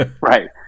Right